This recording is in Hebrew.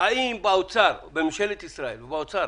האם בממשלת ישראל ובאוצר